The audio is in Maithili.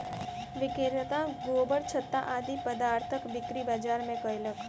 विक्रेता गोबरछत्ता आदि पदार्थक बिक्री बाजार मे कयलक